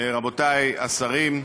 רבותי השרים,